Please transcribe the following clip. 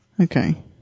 Okay